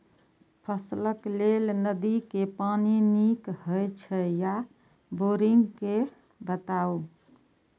फसलक लेल नदी के पानी नीक हे छै या बोरिंग के बताऊ?